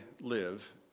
live